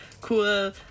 cool